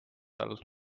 all